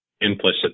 implicit